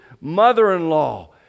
mother-in-law